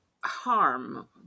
harm